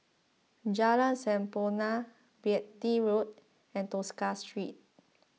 Jalan Sampurna Beatty Road and Tosca Street